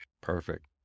Perfect